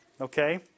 okay